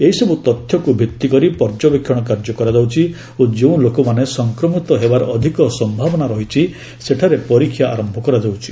ଏହିସର୍ ତଥ୍ୟକୁ ଭିତ୍ତି କରି ପର୍ଯ୍ୟବେକ୍ଷଣ କାର୍ଯ୍ୟ କରାଯାଉଛି ଓ ଯେଉଁ ଲୋକମାନେ ସଂକ୍ରମିତ ହେବାର ଅଧିକ ସମ୍ଭାବନା ରହିଛି ସେଠାରେ ପରୀକ୍ଷା ଆରମ୍ଭ କରାଯାଉଛି